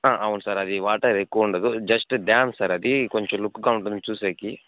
అవును సార్ అది వాటర్ ఎక్కువ ఉండదు జస్ట్ డ్యామ్ సార్ అది కొంచెం లుక్గా ఉంటుంది చూసేకి